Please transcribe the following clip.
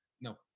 No